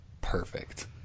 Perfect